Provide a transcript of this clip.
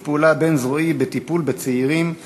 פעולה בין-זרועי בטיפול בצעירים ובבני-הנוער.